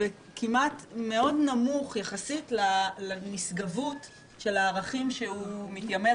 מאוד נמוך יחסית לנשגבות לערכים שהוא מתיימר,